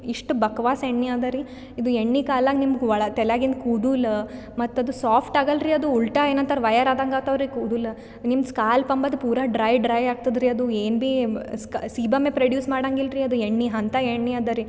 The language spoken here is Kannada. ಇಷ್ಟು ಬಕ್ವಾಸ್ ಎಣ್ಣೆ ಅದಾರಿ ಇದು ಎಣ್ಣೆ ಕಾಲಾಗ ನಿಮ್ಗೆ ಒಳ ತಲ್ಯಾಗಿಂದು ಕೂದಲ್ ಮತ್ತು ಅದು ಸಾಫ್ಟ್ ಆಗಲ್ಲರಿ ಅದು ಉಲ್ಟಾ ಏನಂತರ ವೈಯರ್ ಆದಂಗೆ ಆಗ್ತಾವ್ರಿ ಕೂದಲ್ ನಿಮ್ಮ ಸ್ಕ್ಯಾಲ್ಪ್ ಅಂಬೊದ್ ಪುರಾ ಡ್ರೈ ಡ್ರೈ ಆಗ್ತದ್ರಿ ಅದು ಏನು ಬಿ ಸ್ಕಾ ಸಿಬಮ್ಮೆ ಪ್ರೆಡ್ಯೂಸ್ ಮಾಡೋಂಗಿಲ್ರಿ ಅದು ಎಣ್ಣೆ ಅಂಥ ಎಣ್ಣೆ ಅದಾರಿ